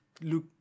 Look